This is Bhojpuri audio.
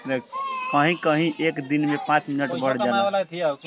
कहीं कहीं ई एक दिन में पाँच मीटर बढ़ जाला